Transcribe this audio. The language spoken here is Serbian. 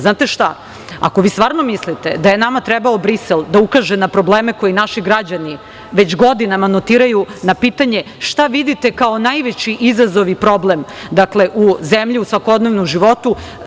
Znate šta, ako vi stvarno mislite da je nama trebao Brisel da ukaže na probleme koji naši građani već godinama notiraju na pitanje – šta vidite kao najveći izazov i problem u zemlji, u svakodnevnom životu?